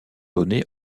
données